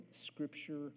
Scripture